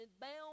bound